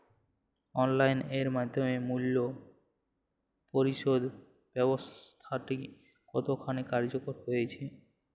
Online এর মাধ্যমে মূল্য পরিশোধ ব্যাবস্থাটি কতখানি কার্যকর হয়েচে?